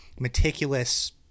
meticulous